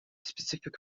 specific